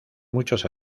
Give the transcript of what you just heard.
muchos